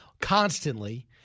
constantly